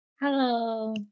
Hello